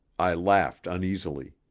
i laughed uneasily.